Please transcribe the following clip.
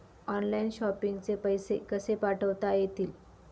Online shopping चे पैसे कसे पाठवता येतील?